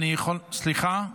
סליחה,